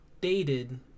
dated